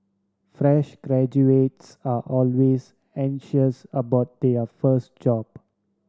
fresh graduates are always anxious about their first job